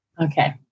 Okay